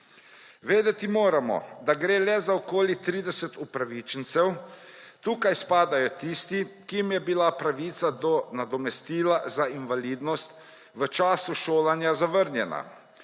Vedeti moramo, da gre za le okoli 30 upravičencev. Mednje spadajo tisti, ki jim je bila pravica do nadomestila za invalidnost v času šolanja zavrnjena,